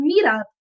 meetup